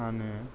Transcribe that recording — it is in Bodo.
फानो